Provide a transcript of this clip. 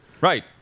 right